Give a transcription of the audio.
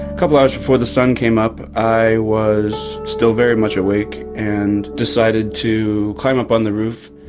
couple of hours before the sun came up, i was still very much awake and decided to climb up on the roof,